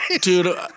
Dude